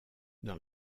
dans